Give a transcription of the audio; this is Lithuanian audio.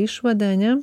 išvadą ane